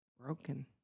broken